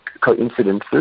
coincidences